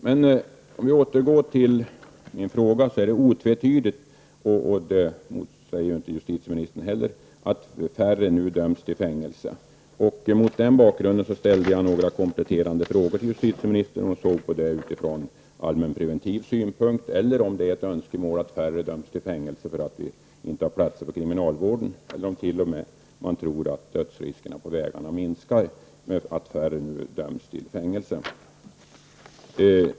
För att återgå till min fråga vill jag framhålla att det otvetydigt är så -- och det motsäger inte justitieministern -- att färre nu döms till fängelse. Mot den bakgrunden har jag ställt några kompletterande frågor till justitieministern. Jag undrar alltså om hon ser på dessa saker från allmänpreventivsynpunkt och om det är ett önskemål att färre skall dömas till fängelse därför att det inte finns platser inom kriminalvården. Eller tror man t.o.m. att risken för dödsolyckor på vägarna minskar när färre döms till fängelse?